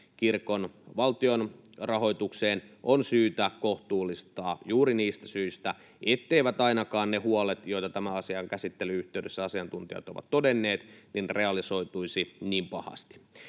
kirkon valtionrahoitukseen on syytä kohtuullistaa juuri niistä syistä, etteivät ainakaan ne huolet, joita tämän asian käsittelyn yhteydessä asiantuntijat ovat todenneet, realisoituisi niin pahasti.